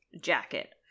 jacket